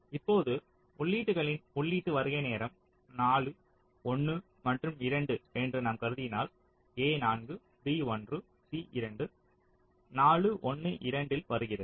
இப்போது உள்ளீடுகளின் உள்ளீட்டு வருகை நேரம் 4 1 மற்றும் 2 என்று நாம் கருதினால் a 4 b 1 c 2 4 1 2 இல் வருகிறது